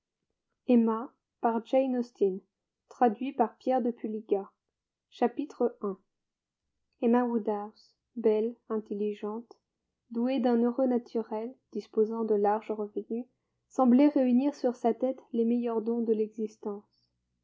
emma woodhouse belle intelligente douée d'un heureux naturel disposant de larges revenus semblait réunir sur sa tête les meilleurs dons de l'existence